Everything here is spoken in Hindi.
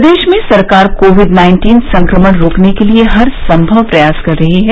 प्रदेश में सरकार कोविड नाइन्टीन संक्रमण रोकने के लिये हर संमव प्रयास कर रही है